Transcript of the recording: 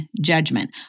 judgment